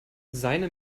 seine